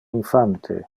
infante